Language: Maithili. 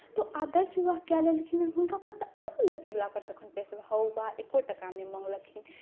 तऽ ओ आदर्श विवाह कए लेलखिन हेँ हुनका पर तऽ आओर ने लड़कीवलापर तखन प्रेशर हौ बा एको टाका नहि मङ्गलखिन